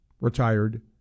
retired